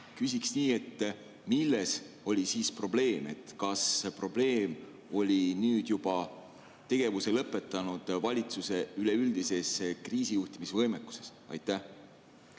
Küsiksin nii: milles oli siis probleem? Kas probleem oli nüüd juba tegevuse lõpetanud valitsuse üleüldises kriisijuhtimisvõimekuses? Aitäh!